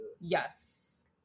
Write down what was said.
Yes